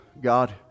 God